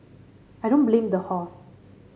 I don't blame the horse